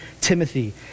Timothy